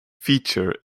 feature